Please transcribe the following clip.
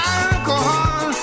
alcohol